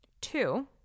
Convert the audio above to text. two